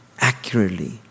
accurately